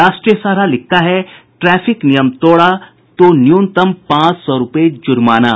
राष्ट्रीय सहारा लिखता है ट्रैफिक नियम तोड़ा तो न्यूनतम पांच सौ रूपये जुर्माना